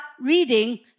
reading